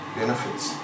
benefits